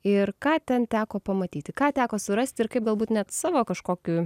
ir ką ten teko pamatyti ką teko surasti ir kaip galbūt net savo kažkokiu